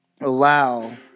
allow